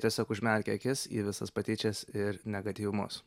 tiesiog užmerki akis į visas patyčias ir negatyvumus